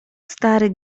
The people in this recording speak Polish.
stary